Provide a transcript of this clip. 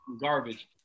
Garbage